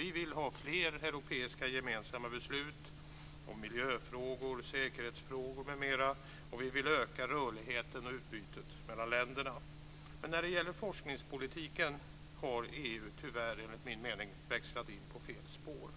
Vi vill ha fler europeiska gemensamma beslut om miljöfrågor, säkerhetsfrågor, m.m. Och vi vill öka rörligheten och utbytet mellan länderna. Men när det gäller forskningspolitiken har EU tyvärr enligt min mening växlat in på fel spår.